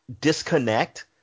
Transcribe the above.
disconnect